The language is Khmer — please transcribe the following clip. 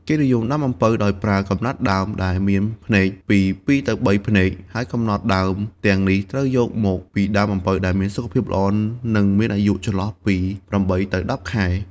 គេនិយមដាំអំពៅដោយប្រើ កំណាត់ដើម ដែលមានភ្នែក ពី ២ ទៅ ៣ ភ្នែក ហើយកំណាត់ដើមទាំងនេះត្រូវយកមកពីដើមអំពៅដែលមានសុខភាពល្អ និងមានអាយុពី ៨ ទៅ ១០ ខែ។